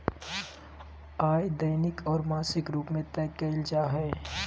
आय दैनिक और मासिक रूप में तय कइल जा हइ